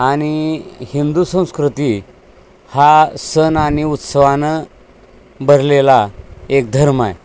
आणि हिंदू संस्कृती हा सण आणि उत्सवानं भरलेला एक धर्म आहे